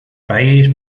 país